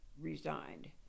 resigned